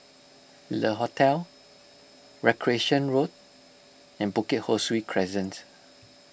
Le Hotel Recreation Road and Bukit Ho Swee Crescent